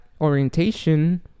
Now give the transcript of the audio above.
orientation